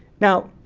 now,